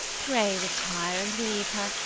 pray retire, and leave her,